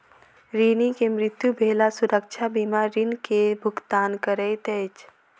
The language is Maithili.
ऋणी के मृत्यु भेला सुरक्षा बीमा ऋण के भुगतान करैत अछि